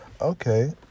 Okay